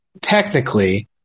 technically